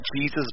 Jesus